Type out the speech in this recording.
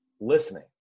Listening